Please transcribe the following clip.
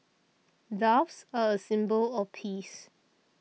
doves are a symbol of peace